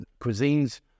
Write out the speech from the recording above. cuisines